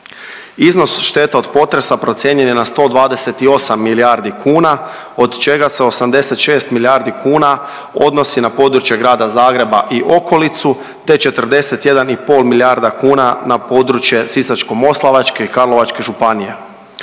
Iznos šteta od potresa procijenjen je na 128 milijardi kuna od čega se 86 milijardi kuna odnosi na područje Grada Zagreba i okolicu te 41,5 milijarda kuna na područje Sisačko-moslavačke i Karlovačke županije.